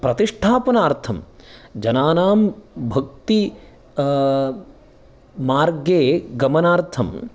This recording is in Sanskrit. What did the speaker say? प्रतिष्ठापनार्थं जनानां भक्ति मार्गे गमनार्थं